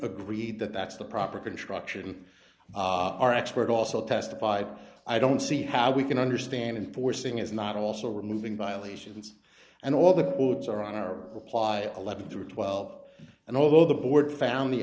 agreed that that's the proper contraction our expert also testified i don't see how we can understand enforcing is not also removing violations and all the codes are on our reply eleven through twelve and although the board found the